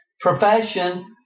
profession